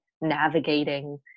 navigating